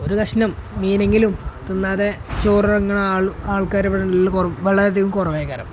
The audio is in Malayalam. ഒരു കഷ്ണം മീനെങ്കിലും തിന്നാതെ ചോറ് ഇറങ്ങുന്ന ആൾക്കാര് ഇവിടെ വളരെയധികം കുറവേ കാണൂ